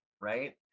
right